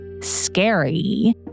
scary